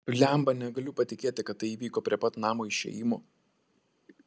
blemba negaliu patikėti kad tai įvyko prie pat namo išėjimo